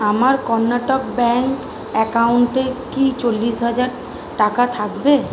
আমার কর্ণাটক ব্যাঙ্ক অ্যাকাউন্টে কি চল্লিশ হাজার টাকা থাকবে